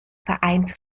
vereins